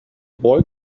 boy